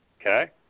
Okay